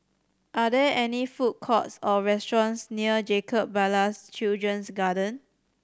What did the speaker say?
are there any food courts or restaurants near Jacob Ballas Children's Garden